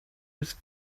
ist